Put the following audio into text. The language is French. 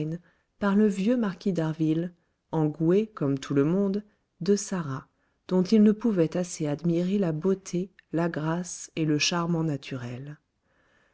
par le vieux marquis d'harville engoué comme tout le monde de sarah dont il ne pouvait assez admirer la beauté la grâce et le charmant naturel